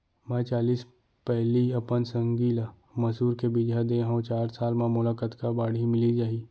मैं चालीस पैली अपन संगी ल मसूर के बीजहा दे हव चार साल म मोला कतका बाड़ही मिलिस जाही?